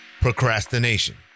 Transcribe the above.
procrastination